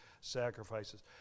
sacrifices